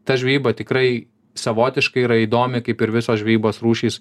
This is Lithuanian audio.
ta žvejyba tikrai savotiškai yra įdomi kaip ir visos žvejybos rūšys